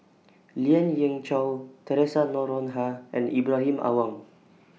Lien Ying Chow Theresa Noronha and Ibrahim Awang